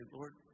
Lord